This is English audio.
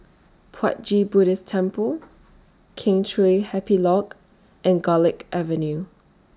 Puat Jit Buddhist Temple Kheng Chiu Happy Lodge and Garlick Avenue